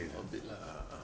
a bit lah